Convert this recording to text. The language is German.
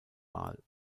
mal